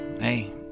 hey